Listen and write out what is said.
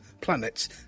planets